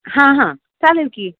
हां हां चालेल की